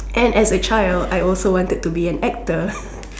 and as a child I also wanted to be an actor